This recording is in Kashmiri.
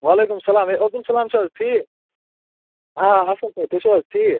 وَعلیکُم السَلام ہےعبدُ السَلام چھا حظ ٹھیٖک آ اصٕل پٲٹھۍ تُہۍ چھُو حظ ٹھیٖک